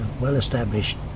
well-established